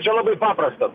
čia labai paprasta